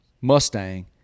Mustang